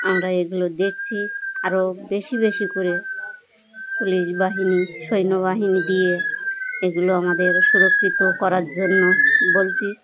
আমরা এগুলো দেখছি আরও বেশি বেশি করে পুলিশ বাহিনী সৈন্যবাহিনী দিয়ে এগুলো আমাদের সুরক্ষিত করার জন্য বলছি